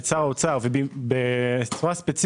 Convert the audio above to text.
את שר האוצר ואת רשות המיסים ספציפית